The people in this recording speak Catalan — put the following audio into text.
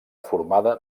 formada